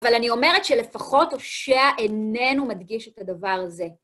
אבל אני אומרת שלפחות הושע איננו מדגיש את הדבר הזה.